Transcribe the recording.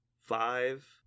five